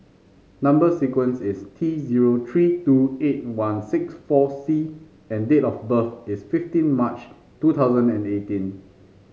number sequence is T zero three two eight one six four C and date of birth is fifteen March two thousand and eighteen